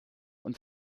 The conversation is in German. und